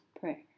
Prayer